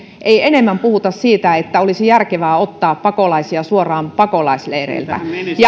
ei enemmän puhuta siitä että olisi järkevää ottaa pakolaisia suoraan pakolaisleireiltä